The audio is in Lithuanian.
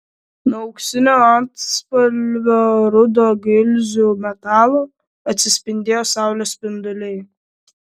nuo auksinio atspalvio rudo gilzių metalo atsispindėjo saulės spinduliai